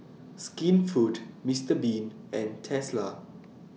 Skinfood Mister Bean and Tesla